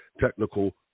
technical